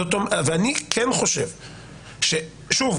ואני כן חושב ששוב,